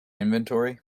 inventory